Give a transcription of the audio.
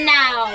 now